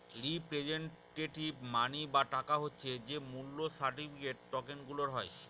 representative money বা টাকা হচ্ছে যে মূল্য সার্টিফিকেট, টকেনগুলার হয়